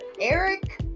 Eric